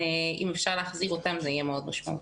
אם אפשר להחזיר אותם זה יהיה מאוד משמעותי.